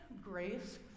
grace